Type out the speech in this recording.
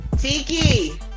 Tiki